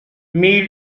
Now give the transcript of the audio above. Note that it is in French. mais